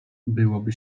byłoby